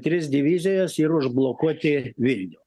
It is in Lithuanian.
tris divizijas ir užblokuoti vilnių